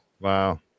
Wow